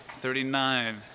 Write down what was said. thirty-nine